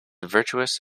virtuous